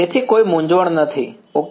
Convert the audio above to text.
તેથી કોઈ મૂંઝવણ નથી ઓકે